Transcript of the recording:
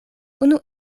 unu